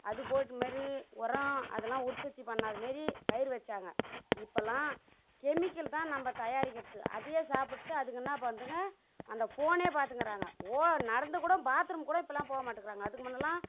அது போட்ட மாதிரி உரம் அதெல்லாம் உற்பத்தி பண்ணாத மாரி பயிறு வச்சாங்க இப்பெல்லாம் கெமிக்கல் தான் நம்ம தயாரிக்கிறது அதையே சாப்பிட்டு அதுக்கு என்ன பண்ணுதுங்கள் அந்த ஃபோனே பார்த்துக்குறாங்க ஓ நடந்தும் கூட பாத்ரூம் கூட இப்பெல்லாம் போக மாட்டுக்கிறாங்க அதுக்கு முன்னெல்லாம்